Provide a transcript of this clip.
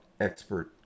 expert